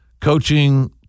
coaching